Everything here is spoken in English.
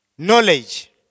knowledge